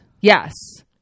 yes